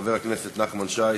חבר הכנסת נחמן שי,